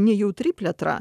nejautri plėtra